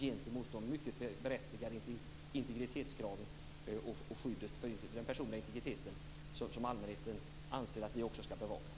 Detta måste ställas mot de mycket berättigade integritetskraven och skyddet för den personliga integriteten, som allmänheten anser att vi skall bevaka.